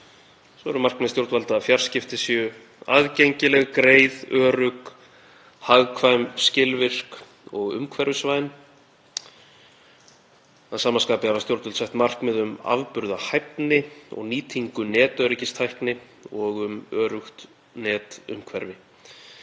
Svo eru markmið stjórnvalda að fjarskipti séu aðgengileg, greið, örugg, hagkvæm, skilvirk og umhverfisvæn. Að sama skapi hafa stjórnvöld sett markmið um afburðahæfni og nýtingu netöryggistækni og um öruggt netumhverfi.